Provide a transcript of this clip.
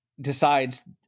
decides